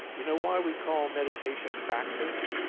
you know why we call meditation practice?